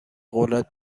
قدرت